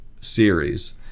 series